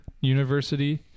University